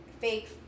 fake